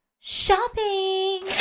shopping